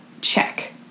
Check